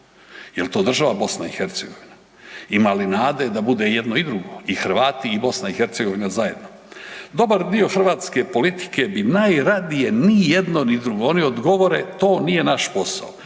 jel to država BiH? Ima li nade da bude jedno i drugo i Hrvati i BiH zajedno? Dobar dio hrvatske politike bi najradije ni jedno ni drugo, oni odgovore to nije naš posao.